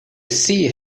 sea